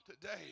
today